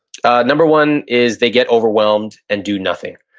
number one is they get overwhelmed and do nothing.